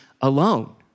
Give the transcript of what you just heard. alone